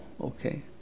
okay